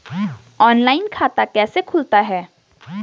Online खाता कैसे खुलता है?